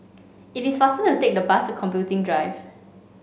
it is faster to take the bus Computing Drive